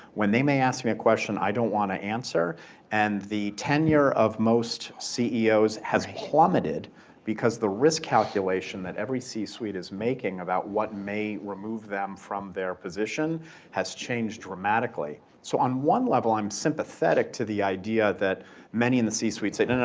when they may ask me a question, i don't want to answer and the tenure of most ceos has plummeted because the risk calculation that every c-suite is making about what may remove them from their position has changed dramatically. so on one level, i'm sympathetic to the idea that many in the c-suite say,